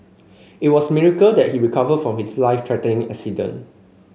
it was a miracle that he recovered from his life threatening accident